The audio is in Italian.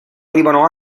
arrivano